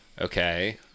Okay